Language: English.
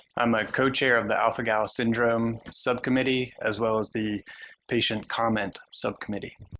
i'm a co-chair of the alpha-gal syndrome subcommittee as well as the patient comments subcommittee.